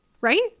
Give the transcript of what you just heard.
right